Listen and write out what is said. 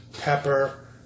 pepper